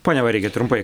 pone vareiki trumpai